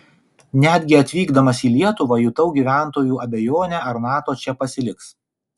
netgi atvykdamas į lietuvą jutau gyventojų abejonę ar nato čia pasiliks